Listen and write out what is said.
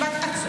אגב,